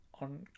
on